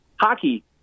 hockey